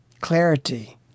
clarity